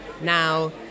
now